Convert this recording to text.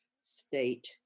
state